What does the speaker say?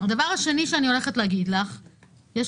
הדבר השני שאני רוצה להגיד לך הוא שיש